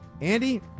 Andy